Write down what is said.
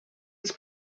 its